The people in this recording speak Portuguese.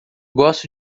gosto